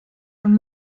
von